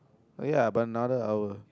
oh ya about another hour